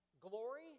glory